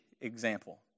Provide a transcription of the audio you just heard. example